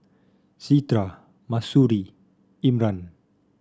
Citra Mahsuri Imran